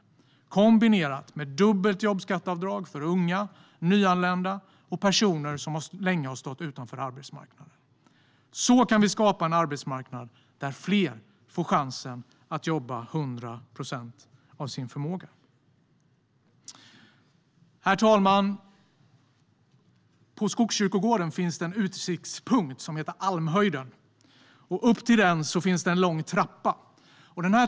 Detta föreslår vi kombinerat med dubbelt jobbskatteavdrag för unga, nyanlända och personer som länge har stått utanför arbetsmarknaden. Så kan vi skapa en arbetsmarknad där fler får chansen att jobba till hundra procent av sin förmåga. Herr talman! På Skogskyrkogården finns en utsiktspunkt som heter Almhöjden. Upp till den finns en lång trappa.